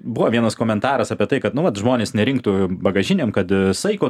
buvo vienas komentaras apie tai kad nu vat žmonės nerinktų bagažinėn kad saiko